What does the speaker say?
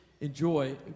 enjoy